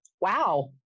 wow